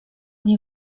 nie